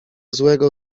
złego